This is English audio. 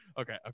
okay